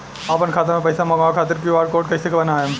आपन खाता मे पईसा मँगवावे खातिर क्यू.आर कोड कईसे बनाएम?